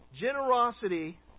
Generosity